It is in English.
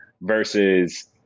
versus